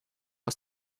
aus